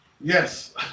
Yes